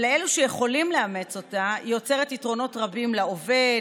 אבל לאלו שיכולים לאמץ אותה היא יוצרת יתרונות רבים לעובד,